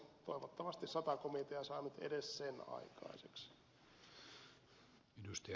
toivottavasti sata komitea saa nyt edes sen aikaiseksi